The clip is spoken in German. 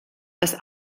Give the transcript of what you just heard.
das